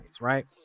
right